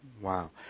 Wow